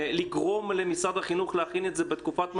לגרום למשרד החינוך להכין את זה בתקופת משבר,